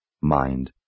mind